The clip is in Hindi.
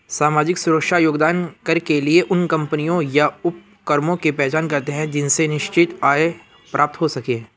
सामाजिक सुरक्षा योगदान कर के लिए उन कम्पनियों या उपक्रमों की पहचान करते हैं जिनसे निश्चित आय प्राप्त हो सके